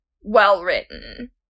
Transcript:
well-written